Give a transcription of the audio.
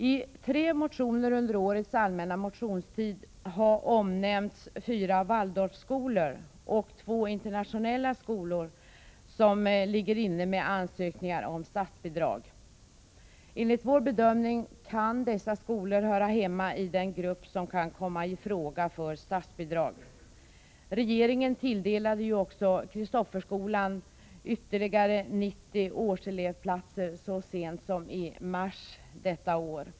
I tre motioner under årets allmänna motionstid har omnämnts fyra Waldorfskolor och två internationella skolor som ligger inne med ansökningar om statsbidrag. Enligt vår bedömning kan dessa skolor höra hemma i den grupp som kan komma i fråga för statsbidrag. Regeringen tilldelade ju också Kristofferskolan ytterligare 90 årselevplatser så sent som i mars detta år.